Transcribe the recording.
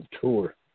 tour